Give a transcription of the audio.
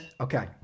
Okay